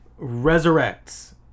resurrects